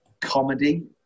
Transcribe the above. Comedy